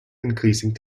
increasing